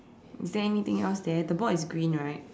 is there anything else there the board is green right